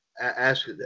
Ask